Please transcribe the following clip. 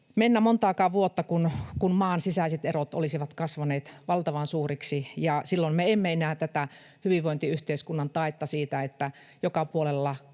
mennä montaakaan vuotta, kun maan sisäiset erot olisivat kasvaneet valtavan suuriksi. Ja silloin me emme enää voi antaa tätä hyvinvointiyhteiskunnan taetta siitä, että joka puolella